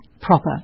proper